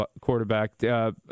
quarterback